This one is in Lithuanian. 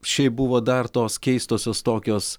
šiaip buvo dar tos keistosios tokios